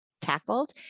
tackled